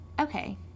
okay